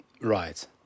Right